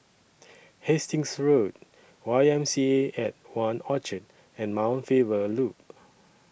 Hastings Road Y M C A At one Orchard and Mount Faber Loop